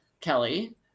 Kelly